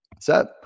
Set